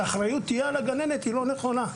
שהאחריות תהיה על הגננת, הוא לא נכון.